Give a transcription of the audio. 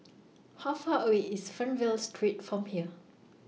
How Far away IS Fernvale Street from here